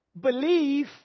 belief